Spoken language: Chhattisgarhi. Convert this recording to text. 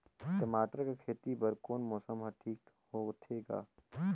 टमाटर कर खेती बर कोन मौसम हर ठीक होथे ग?